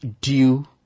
due